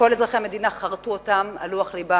כל אזרחי המדינה חרתו אותן על לוח לבם,